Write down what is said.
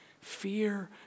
fear